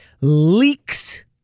leaks